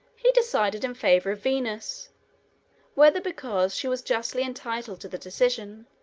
he decided in favor of venus whether because she was justly entitled to the decision,